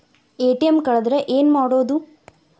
ATM ಕಳದ್ರ ಏನು ಮಾಡೋದು?